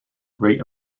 great